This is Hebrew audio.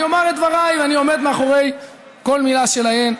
אני אומר את דבריי, ואני עומד מאחורי כל מילה שלי.